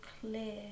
clear